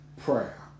prayer